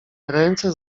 ręce